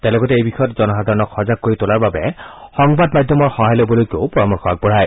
তেওঁ লগতে এই বিষয়ত জনসাধাৰণক সজাগ কৰি তোলাৰ বাবে সংবাদ মাধ্যমৰ সহায় ল'বলৈকো পৰামৰ্শ আগবঢ়ায়